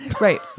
Right